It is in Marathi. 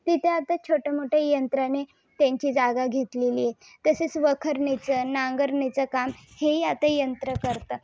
तिथे आता छोटे मोठ्या यंत्राने त्यांची जागा घेतलेली आहे तसेच वखरणीचं नांगरणीचं काम हे ही आता यंत्रं करतं